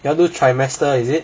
you all do trimester is it